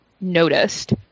noticed